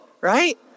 right